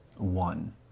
one